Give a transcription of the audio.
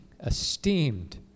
esteemed